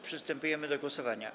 Przystępujemy do głosowania.